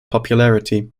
popularity